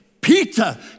Peter